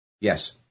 Yes